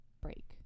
break